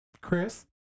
Chris